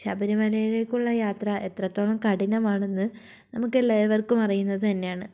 ശബരിമലയിലേക്കുള്ള യാത്ര എത്രത്തോളം കഠിനമാണെന്ന് നമുക്കെല്ലാവര്ക്കും അറിയുന്നത് തന്നെയാണ്